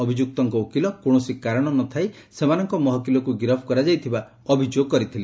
ଅଭିଯୁକ୍ତଙ୍କ ଓକିଲ କୌଣସି କାରଣ ନ ଥାଇ ସେମାନଙ୍କ ମହକିଲକୁ ଗିରଫ୍ କରାଯାଇଥିବା ଅଭିଯୋଗ କରିଥିଲେ